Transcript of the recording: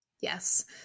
Yes